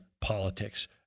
politics